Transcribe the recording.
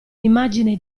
immagine